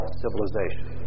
civilization